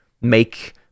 make